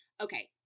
Okay